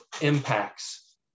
impacts